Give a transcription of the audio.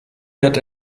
wird